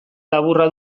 laburra